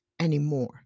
anymore